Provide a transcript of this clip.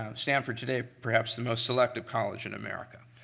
um stanford today, perhaps the most selective college in america.